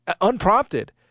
unprompted